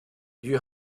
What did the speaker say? you